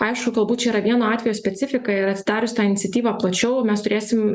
aišku galbūt čia yra vieno atvejo specifika ir atsidarius tą iniciatyvą plačiau mes turėsim